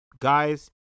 guys